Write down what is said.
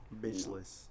Bitchless